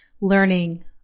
learning